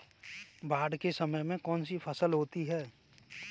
बाढ़ के समय में कौन सी फसल होती है?